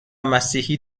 مسیحی